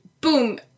boom